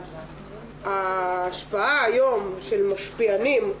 ההשפעה היום של משפיענים,